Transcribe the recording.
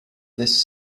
this